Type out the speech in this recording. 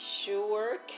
sure